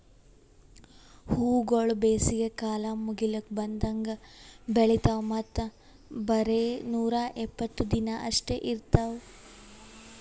ಹೂವುಗೊಳ್ ಬೇಸಿಗೆ ಕಾಲ ಮುಗಿಲುಕ್ ಬಂದಂಗ್ ಬೆಳಿತಾವ್ ಮತ್ತ ಬರೇ ನೂರಾ ಇಪ್ಪತ್ತು ದಿನ ಅಷ್ಟೆ ಇರ್ತಾವ್